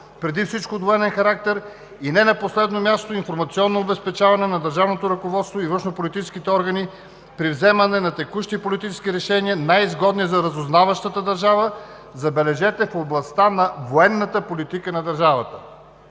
преди всичко от военен характер и, не на последно място, информационно обезпечаване на държавното ръководство и външнополитическите органи при вземане на текущи политически решения, най-изгодни за разузнаващата държава, забележете, в областта на военната политика на държавата.